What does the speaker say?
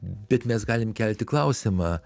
bet mes galim kelti klausimą